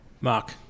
Mark